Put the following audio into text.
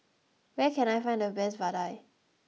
where can I find the best vadai